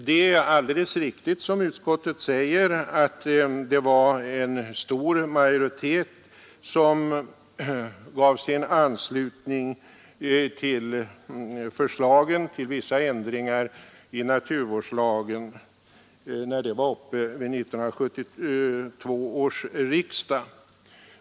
Det är alldeles riktigt som utskottet säger att det var en stor majoritet som vid 1972 års riksdag anslöt sig till förslagen till vissa ändringar i naturvårdslagen.